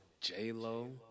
J-Lo